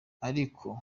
ariko